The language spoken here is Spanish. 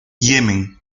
yemen